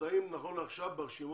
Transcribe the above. נמצאים נכון לעכשיו ברשימות,